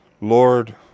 Lord